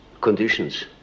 conditions